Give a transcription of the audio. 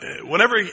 whenever